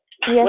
Yes